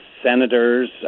Senators